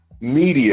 media